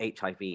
HIV